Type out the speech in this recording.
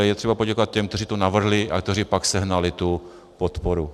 Je třeba poděkovat těm, kteří to navrhli a kteří pak sehnali podporu.